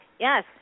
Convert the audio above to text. Yes